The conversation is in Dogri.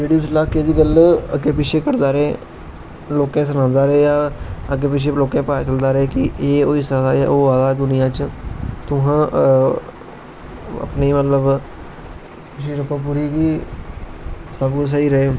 जेहड़ी उस इलाके दी गल्ल अग्गे पिच्छे करदा रेहा लोके गी सनांदा रेह हा अग्गे पिच्छे लोकें गी पता चलदा रेहा कि एह् होई सकदा जां ओह् होआ दा दुनिया च ते हून हां अपनी मतलब जरुरतां पूरी होई गेई सब कुछ स्हेई रेहा